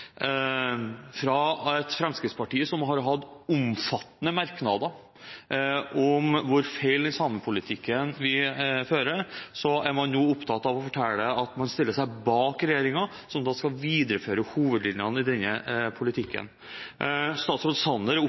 fra et Fremskrittspartiet som har hatt omfattende merknader om hvor feil samepolitikk vi fører, er, til nå å være opptatt av å fortelle at man stiller seg bak regjeringen, som skal videreføre hovedlinjene i denne politikken. Statsråd Sanner